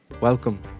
Welcome